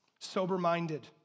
sober-minded